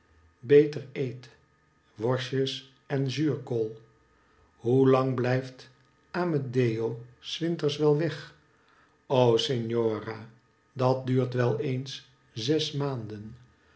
beter eet worstjes en zuurkool hoe lang blijft amedeo s winters wel weg o signora dat duurt wel eens zes maanden